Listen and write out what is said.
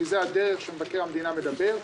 כי זו הדרך שמבקר המדינה מדבר.